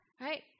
right